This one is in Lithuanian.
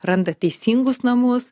randa teisingus namus